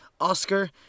Oscar